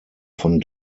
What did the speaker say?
von